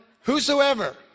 Whosoever